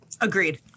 Agreed